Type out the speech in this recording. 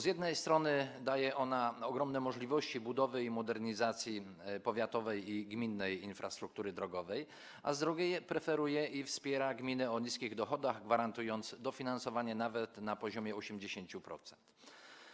Z jednej strony daje ona ogromne możliwości budowy i modernizacji powiatowej i gminnej infrastruktury drogowej, a z drugiej strony preferuje i wspiera gminy o niskich dochodach, gwarantując dofinansowanie nawet na poziomie 80%.